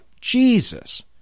Jesus